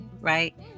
right